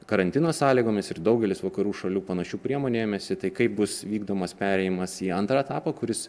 karantino sąlygomis ir daugelis vakarų šalių panašių priemonių ėmėsi tai kaip bus vykdomas perėjimas į antrą etapą kuris